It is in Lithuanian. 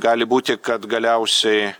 gali būti kad galiausiai